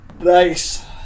Nice